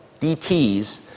DTs